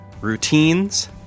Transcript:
routines